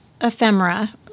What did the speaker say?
ephemera